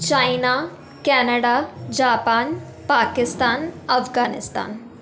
China Canada Japan Pakistan Afghanistan